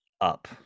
up